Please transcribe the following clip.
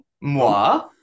Moi